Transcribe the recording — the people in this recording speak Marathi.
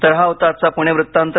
तर हा होता आजचा पुणे वृत्तांत